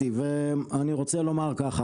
ואני רוצה לומר ככה,